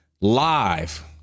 live